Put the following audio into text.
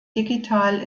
digital